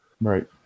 Right